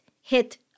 hit